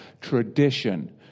tradition